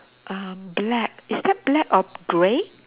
uh black is that black or grey